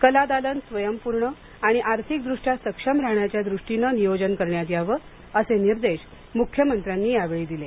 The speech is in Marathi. कलादालन स्वयंपूर्ण आणि आर्थिकदृष्ट्या सक्षम राहण्याच्या दृष्टीने नियोजन करण्यात यावं असे निर्देश मुख्यमंत्र्यांनी यावेळी दिले